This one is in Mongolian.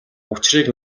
учрыг